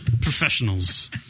Professionals